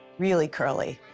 really curly,